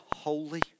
Holy